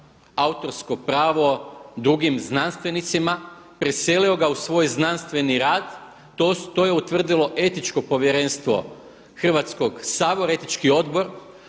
autorsko pravo drugim znanstvenicima, preselio ga u svoj znanstveni rad, to je utvrdilo Etičko povjerenstvo Hrvatskog sabora, Etički odbor.